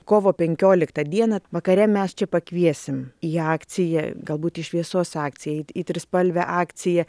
kovo penkioliktą dieną vakare mes čia pakviesim į akciją galbūt šviesos akciją į į trispalvę akciją